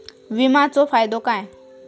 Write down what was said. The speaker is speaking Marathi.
विमाचो फायदो काय?